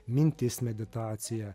mintis meditacija